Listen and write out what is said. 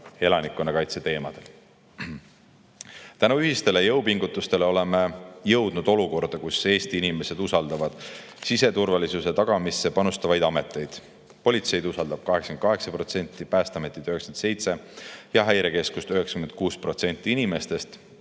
elanikkonnakaitse teemadel. Tänu ühistele jõupingutustele oleme jõudnud olukorda, kus Eesti inimesed usaldavad siseturvalisuse tagamisse panustavaid ameteid. Politseid usaldab 88%, Päästeametit 97% ja Häirekeskust 96% inimestest.